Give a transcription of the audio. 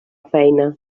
feina